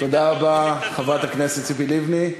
תודה רבה, חברת הכנסת ציפי לבני.